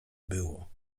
było